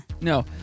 No